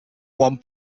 one